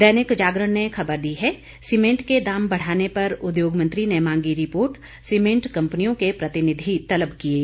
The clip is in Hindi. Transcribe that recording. दैनिक जागरण ने खबर दी है सीमेंट के दाम बढ़ाने पर उद्योग मंत्री ने मांगी रिपोर्ट सीमेंट कंपनियों के प्रतिनिधि तलब किये